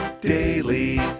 daily